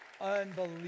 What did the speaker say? unbelievable